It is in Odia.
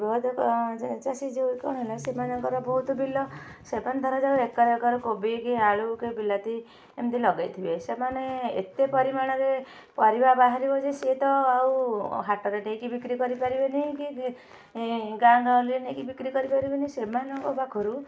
ବୃହତ ଏକ ଯେ ଚାଷୀ ଯେ କ'ଣ ହେଲା ସେମାନଙ୍କର ବହୁତ ବିଲ ସେମାନେ ଧରାଯାଉ ଏକର ଏକର କୋବି କି ଆଳୁ କି ବିଲାତି ଏମିତି ଲଗାଇଥିବେ ସେମାନେ ଏତେ ପରିମାଣରେ ପାରିବା ବାହାରିବ ଯେ ସିଏ ତ ଆଉ ହାଟରେ ନେଇକି ବିକ୍ରୀ କରିପାରିବେନି କି ଗାଁ ଗହଳିରେ ନେଇକି ବିକ୍ରୀ କରିପାରିବେନି ସେମାନଙ୍କ ପାଖରୁ